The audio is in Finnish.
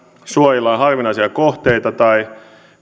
suojellaan harvinaisia kohteita tai